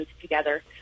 together